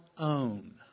own